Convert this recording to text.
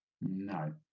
No